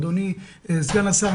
אדוני סגן השר,